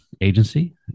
agency